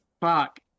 Fuck